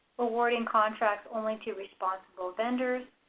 awarding contracts only to responsible vendors.